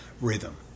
rhythm